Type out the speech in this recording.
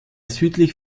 südlich